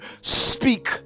Speak